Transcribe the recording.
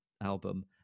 album